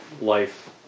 life